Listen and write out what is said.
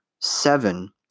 seven